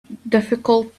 difficult